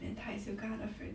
then 他也是有跟他的 friend